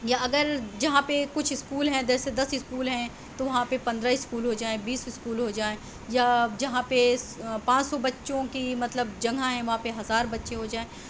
یا اگر جہاں پہ کچھ اسکول ہیں جیسے دس اسکول ہیں تو وہاں پہ پندرہ اسکول ہو جائیں بیس اسکول ہو جائیں یا جہاں پہ پانچ سو بچوں کی مطلب جگہ ہے وہاں پہ ہزار بچے ہو جائیں